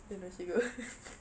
then now she go